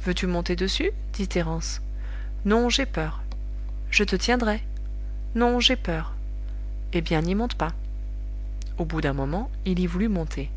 veux-tu monter dessus dit thérence non j'ai peur je te tiendrai non j'ai peur eh bien n'y monte pas au bout d'un moment il y voulut monter